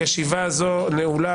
ישיבה זו נעולה.